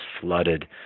flooded